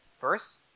First